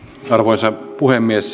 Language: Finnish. arvoisa puhemies